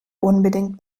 unbedingt